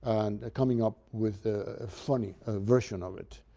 and coming up with a funny ah version of it.